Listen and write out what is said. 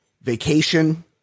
vacation